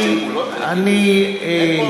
אין פה,